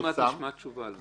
עוד מעט נשמע תשובה על זה.